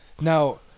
Now